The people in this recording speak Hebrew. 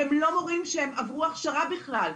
שהם לא מורים שעברו הכשרה בכלל.